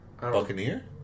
Buccaneer